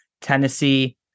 Tennessee